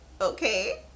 okay